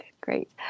great